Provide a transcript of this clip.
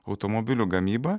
automobilių gamyba